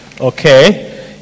okay